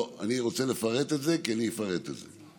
לא, אני רוצה לפרט את זה, כי אני אפרט את זה.